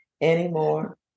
anymore